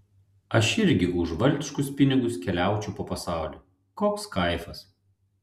aš irgi už valdiškus pinigus keliaučiau po pasaulį koks kaifas